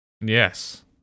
yes